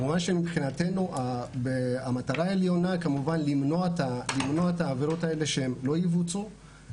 מבחינתנו המטרה העליונה היא למנוע את העבירות האלה שהן לא יבוצעו,